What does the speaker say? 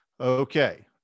Okay